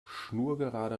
schnurgerade